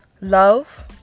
love